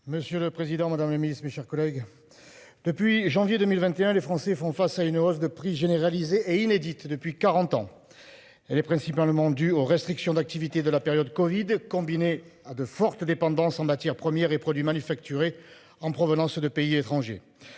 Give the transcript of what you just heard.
Monsieur le Président Madame la Ministre, mes chers collègues. Depuis janvier 2021, les Français font face à une hausse de prix généralisée est inédite depuis 40 ans. Elle est principalement due aux restrictions d'activité de la période Covid combinée à de forte dépendance en matières premières et produits manufacturés en provenance de pays étrangers.